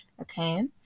Okay